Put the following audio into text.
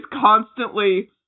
constantly